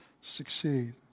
succeed